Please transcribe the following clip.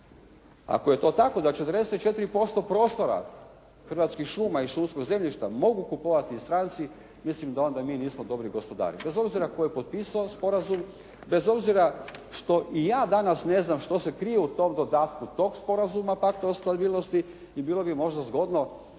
Ako je to tako da 44% prostora hrvatskih šuma i šumskog zemljišta mogu kupovati stranci, mislim da mi nismo onda dobri gospodari. Bez obzira tko je potpisao sporazum, bez obzira što i ja danas ne znam što se krije u tom dodatku tog Sporazuma Pakta o stabilnosti i bilo bi možda zgodno